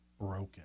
broken